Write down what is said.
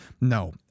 No